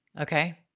Okay